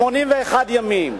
81 ימים,